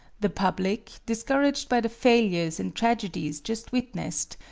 the public, discouraged by the failures and tragedies just witnessed,